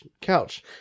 couch